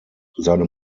seine